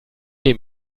dem